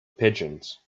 pigeons